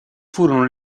furono